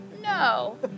No